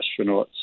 astronauts